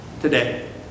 today